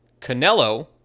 Canelo